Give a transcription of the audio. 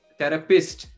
therapist